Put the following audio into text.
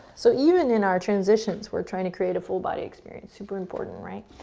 so even in our transitions, we're trying to create a full body experience. super important, right?